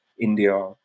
India